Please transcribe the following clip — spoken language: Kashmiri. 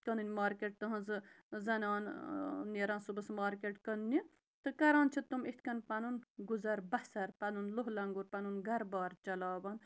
کٕنٕنۍ مارکٮ۪ٹ تٕہٕنٛزٕ زَنان نیران صُبحس مارکٮ۪ٹ کٕنٛنہِ تہٕ کَران چھِ تم اِتھ کٔن پَنُن گُزَر بَسَر پَنُن لۄہ لنٛگُر پَنُن گَرٕ بار چَلاوان